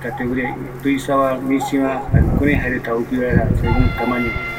kuareta, tuisa, misiva reta